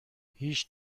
هیچ